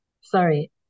Sorry